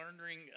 learning